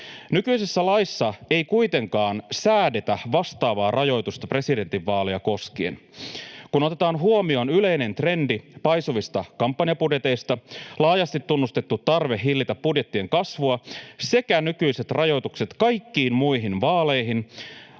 Nykyisessä laissa ei kuitenkaan säädetä vastaavaa rajoitusta presidentinvaaleja koskien. Kun otetaan huomioon yleinen trendi paisuvista kampanjabudjeteista, laajasti tunnustettu tarve hillitä budjettien kasvua sekä nykyiset rajoitukset kaikkiin muihin vaaleihin,